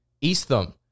Eastham